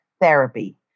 therapy